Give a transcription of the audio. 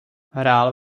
hrál